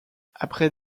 après